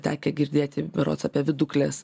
tekę girdėti berods apie viduklės